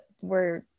we're-